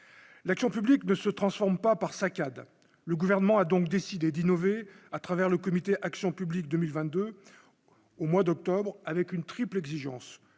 l'action publique ne se transforme pas par saccades, le gouvernement a donc décidé d'innover à travers le comité action publique 2022 au mois d'octobre avec une triple exigence